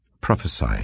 prophesy